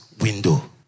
window